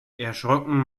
erschrocken